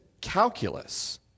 calculus